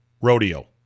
rodeo